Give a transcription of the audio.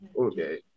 Okay